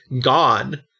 gone